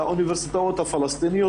בקיצור,